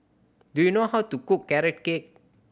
do you know how to cook Carrot Cake